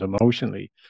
emotionally